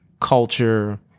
culture